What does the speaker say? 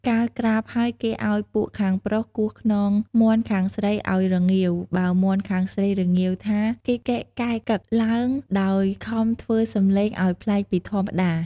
កាលក្រាបហើយគេឱ្យពួកខាងប្រុសគោះខ្នងមាន់ខាងស្រីឱ្យរងាវ បើមាន់ខាងស្រីរងាវថា កិកកិកែកឺត ឡើង ដោយខំធ្វើសំឡេងឱ្យប្លែកពីធម្មតា។